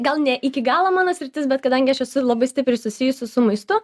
gal ne iki galo mano sritis bet kadangi aš esu labai stipriai susijusi su maistu